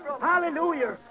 Hallelujah